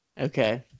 Okay